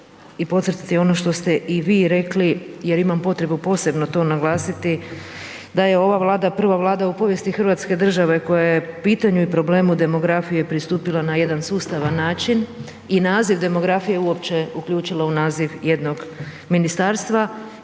i podcrtati ono što ste i vi rekli jer imamo potrebu posebno to naglasiti da je ova Vlada prva vlada u povijesti hrvatske države koja je pitanju i problemu demografije pristupila na jedan sustavan način i naziv demografije uopće uključila u naziv jednog ministarstva